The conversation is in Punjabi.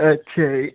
ਅੱਛਾ ਜੀ